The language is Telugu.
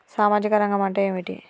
సామాజిక రంగం అంటే ఏమిటి?